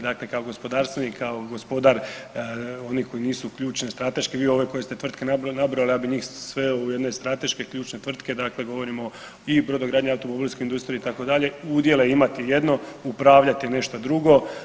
Dakle kao gospodarstvenik, kao gospodar, oni koji nisu ključni, strateški, vi ove koje ste tvrtke nabrojali, ja bi njih sve ove jedne strateške ključne tvrtke dakle govorimo i brodogradnji, automobilske industriji, itd., udjele imati jedno, upravljati nešto drugo.